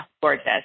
gorgeous